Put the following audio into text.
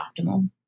optimal